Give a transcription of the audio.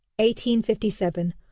1857